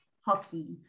hockey